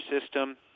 system